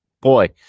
boy